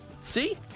see